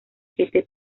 siete